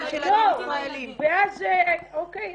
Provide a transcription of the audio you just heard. אוקיי,